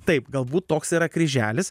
taip galbūt toks yra kryželis